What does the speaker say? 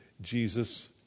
Jesus